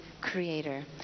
Creator